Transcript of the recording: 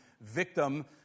victim